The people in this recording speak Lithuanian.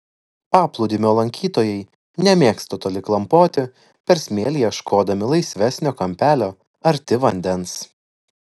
paplūdimio lankytojai nemėgsta toli klampoti per smėlį ieškodami laisvesnio kampelio arti vandens